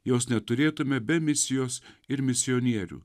jos neturėtumėme be misijos ir misionierių